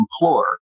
implore